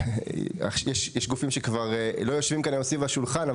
יש גופים שכבר לא יושבים כאן סביב השולחן,